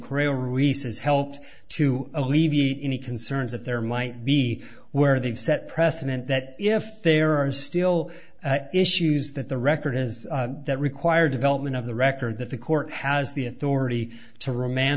releases helped to alleviate any concerns that there might be where they've set precedent that if there are still issues that the record is that require development of the record that the court has the authority to reman